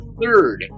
third